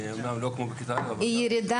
אומנם לא כמו בכיתה א' אבל גם יש ירידה.